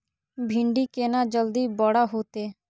भिंडी केना जल्दी बड़ा होते?